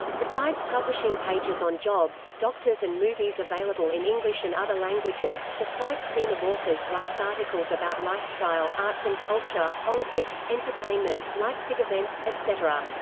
besides publishing pages on jobs, doctors and movies available in english english and other languages, the site's team of authors writes articles about lifestyle, arts and culture, politics, entertainment, leipzig events, etc.